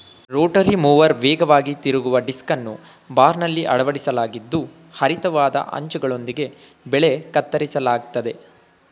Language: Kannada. ರೋಟರಿ ಮೂವರ್ ವೇಗವಾಗಿ ತಿರುಗುವ ಡಿಸ್ಕನ್ನು ಬಾರ್ನಲ್ಲಿ ಅಳವಡಿಸಲಾಗಿದ್ದು ಹರಿತವಾದ ಅಂಚುಗಳೊಂದಿಗೆ ಬೆಳೆ ಕತ್ತರಿಸಲಾಗ್ತದೆ